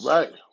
Right